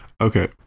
Okay